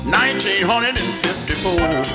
1954